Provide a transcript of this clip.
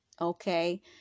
Okay